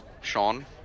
sean